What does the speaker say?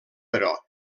però